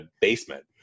basement